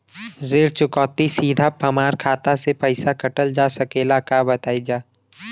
ऋण चुकौती सीधा हमार खाता से पैसा कटल जा सकेला का बताई जा?